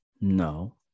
No